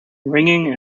ringing